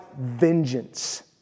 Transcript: vengeance